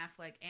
Affleck